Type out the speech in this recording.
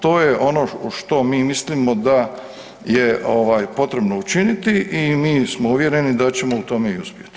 To je ono što mi mislimo da je ovaj potrebno učiniti i mi smo uvjereni da ćemo u tome i uspjeti.